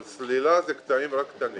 אבל סלילה אלו רק קטעים קטנים.